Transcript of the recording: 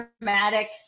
dramatic